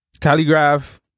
calligraph